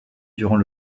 durant